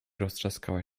rozstrzaskała